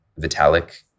Vitalik